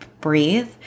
breathe